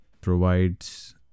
provides